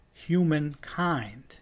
humankind